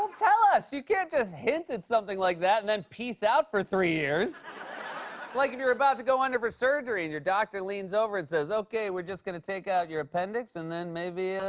ah tell us. you can't just hint at something like that and then peace out for three years. it's like if you're about to go under for surgery and your doctor leans over and says, okay, we're just going to take out your appendix and then maybe, ah,